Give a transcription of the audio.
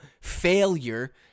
failure